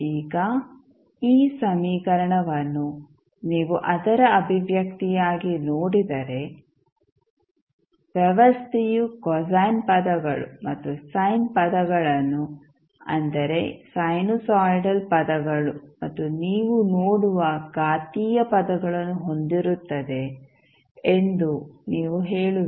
ಈಗ ಈ ಸಮೀಕರಣವನ್ನು ನೀವು ಅದರ ಅಭಿವ್ಯಕ್ತಿಯಾಗಿ ನೋಡಿದರೆ ವ್ಯವಸ್ಥೆಯು ಕೊಸೈನ್ ಪದಗಳು ಮತ್ತು ಸೈನ್ ಪದಗಳನ್ನು ಅಂದರೆ ಸೈನುಸಾಯಿಡಲ್ ಪದಗಳು ಮತ್ತು ನೀವು ನೋಡುವ ಘಾತೀಯ ಪದಗಳನ್ನು ಹೊಂದಿರುತ್ತದೆ ಎಂದು ನೀವು ಹೇಳುವಿರಿ